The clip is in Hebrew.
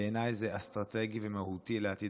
ובעיניי זה אסטרטגי ומהותי לעתיד